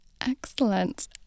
Excellent